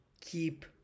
keep